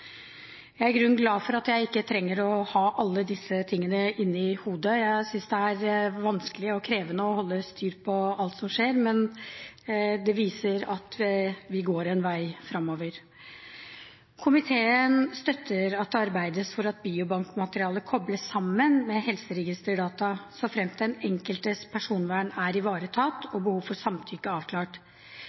Jeg er i grunnen glad for at jeg ikke trenger å ha alle disse tingene inne i hodet – jeg synes det er vanskelig og krevende å holde styr på alt som skjer. Men det viser at vi går en vei fremover. Komiteen støtter at det arbeides for at biobankmateriale kobles sammen med helseregisterdata, såfremt den enkeltes personvern er ivaretatt og behov for samtykke er avklart.